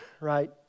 right